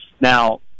Now